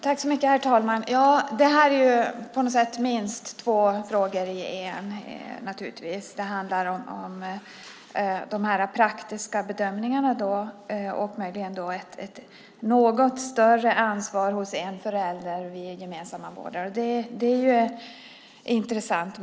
Herr talman! Det är ju minst två frågor i en. Det handlar om de praktiska bedömningarna och möjligen ett något större ansvar hos en förälder vid gemensam vårdnad. Det är möjligen intressant.